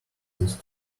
this